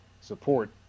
support